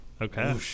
Okay